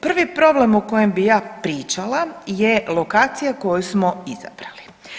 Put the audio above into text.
Prvi problem o kojem bi ja pričala je lokacija koju smo izabrali.